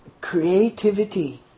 creativity